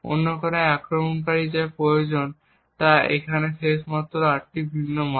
অন্য কথায় আক্রমণকারীর যা প্রয়োজন হবে তা এখানে শেষ হবে মাত্র 8টি ভিন্ন মান